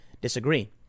disagree